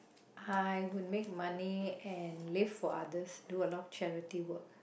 I would make money and live for others do a lot of charity work